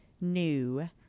new